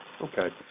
Okay